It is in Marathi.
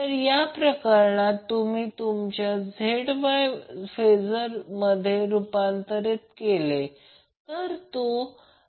तर या प्रॉब्लेममध्ये दोन बॅलन्सड लोड 240kV शी जोडलेले आहेत ही आकृती 32 मध्ये दाखवल्याप्रमाणे 60Hz लाइन फ्रिक्वेन्सी आहे